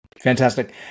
Fantastic